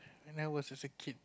when I was a kid